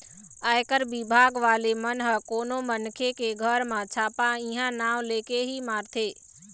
आयकर बिभाग वाले मन ह कोनो मनखे के घर म छापा इहीं नांव लेके ही मारथे